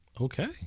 Okay